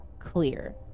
clear